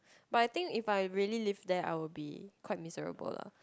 but I think if I really live there I would be quite miserable lah